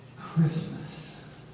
Christmas